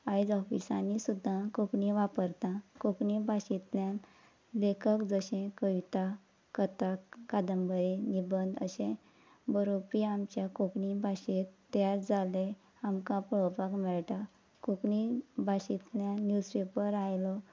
आयज ऑफिसांनी सुद्दां कोंकणी वापरता कोंकणी भाशेंतल्यान लेखक जशे कविता कथा कादंबरी निबंद अशे बरोवपी आमच्या कोंकणी भाशेंत तयार जाल्ले आमकां पळोवपाक मेळटा कोंकणी भाशेंतल्यान न्युजपेपर आयलो